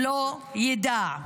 לא ידע.